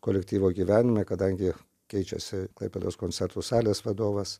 kolektyvo gyvenime kadangi keičiasi klaipėdos koncertų salės vadovas